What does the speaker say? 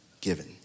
given